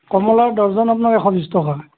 কমলাৰ ডৰ্জন আপোনাৰ এশ বিছ টকা